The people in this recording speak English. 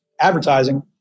advertising